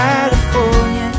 California